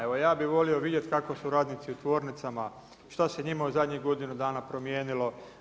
Evo, ja bih volio vidjeti kako su radnici u tvornicama što se njima u zadnjih godinu dana promijenilo.